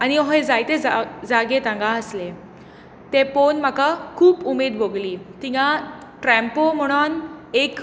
आनी अशें जायते जागे थंय आसले ते पळोवन म्हाका खूब उमेद भोगली थंय ट्रेपो म्हणून एक